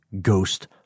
ghost